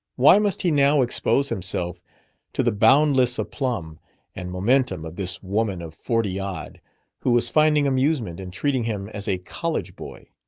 why must he now expose himself to the boundless aplomb and momentum of this woman of forty-odd who was finding amusement in treating him as a college boy?